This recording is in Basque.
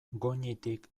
goñitik